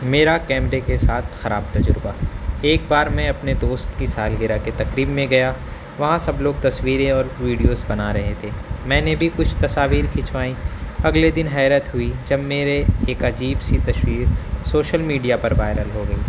میرا کیمرے کے ساتھ خراب تجربہ ایک بار میں اپنے دوست کی سالگرہ کے تقریب میں گیا وہاں سب لوگ تصویریں اور ویڈیوز بنا رہے تھے میں نے بھی کچھ تصاویر کھنچوائیں اگلے دن حیرت ہوئی جب میرے ایک عجیب سی تصویر سوشل میڈیا پر وائرل ہو گئی